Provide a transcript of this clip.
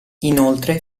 inoltre